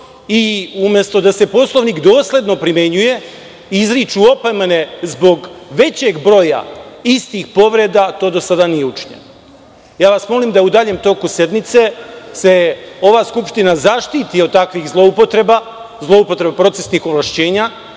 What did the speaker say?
Umesto da se Poslovnik dosledno primenjuje izriču se opomene zbog većeg broja istih povreda. To do sada nije učinjeno. Molim vas da u daljem toku sednice ova Skupština zaštiti od takvih zloupotreba, zloupotreba procesnih ovlašćenja,